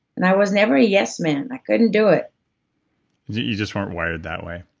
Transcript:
and i was never a yes man, i couldn't do it you just weren't wired that way.